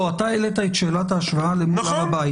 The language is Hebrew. לא, אתה העלית את שאלת ההשוואה אל מול הר הבית.